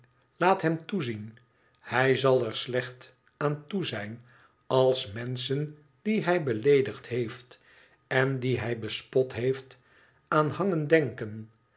hem toezien hij zal er slecht aan toe zijn als menschen die hij beleedigd heeft en die hij bespot heeft aan hangen denken